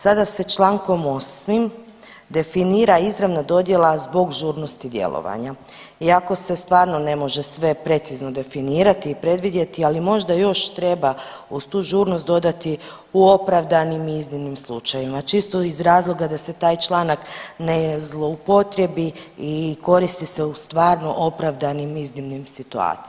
Sada se čl. 8. definira izravna dodjela zbog žurnosti djelovanja i ako se stvarno ne može sve precizno definirati i predvidjeti, ali možda još treba uz tu žurnost dodati „u opravdanim i iznimnim slučajevima“, čisto iz razloga da se taj članak ne zloupotrijebi i koristi se u stvarno opravdanim i iznimnim situacijama.